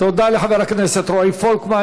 תודה לחבר הכנסת רועי פולקמן.